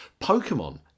Pokemon